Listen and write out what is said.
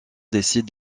décident